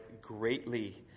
greatly